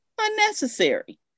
unnecessary